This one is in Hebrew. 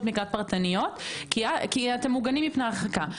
מקלט פרטניות כי אתם מוגנים מפני הרחקה.